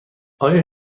آیا